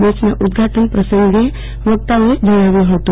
બેચનાઉદ્વાટન પ્રસંગે વક્તાઓએ જણાવ્યું હતું